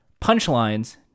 punchlines